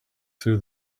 through